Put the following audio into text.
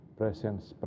presence